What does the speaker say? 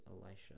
Elisha